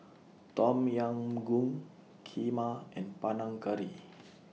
Tom Yam Goong Kheema and Panang Curry